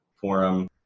forum